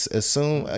assume